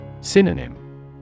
Synonym